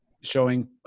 showing